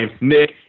Nick